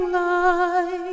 light